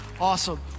awesome